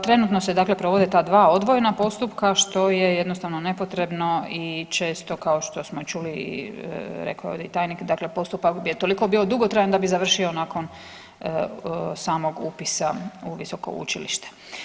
Trenutno se dakle provode ta dva odvojena postupka što je jednostavno nepotrebno i često kao što smo i čuli rekao je i tajnik, dakle postupak je toliko bio dugotrajan da bi završio nakon samog upisa u visoko učilište.